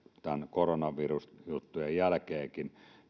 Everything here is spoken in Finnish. koronavirusjuttujen jälkeenkin